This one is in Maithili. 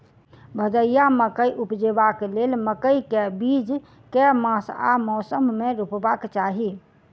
भदैया मकई उपजेबाक लेल मकई केँ बीज केँ मास आ मौसम मे रोपबाक चाहि?